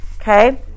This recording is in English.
okay